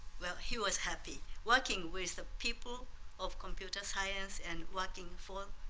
well, he was happy working with ah people of computer science and working for